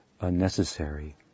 unnecessary